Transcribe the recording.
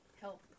help